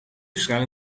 straling